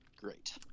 Great